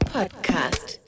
Podcast